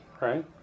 Right